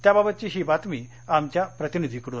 त्याबाबतची ही बातमी आमच्या प्रतिनिधी कडून